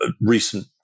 recent